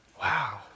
Wow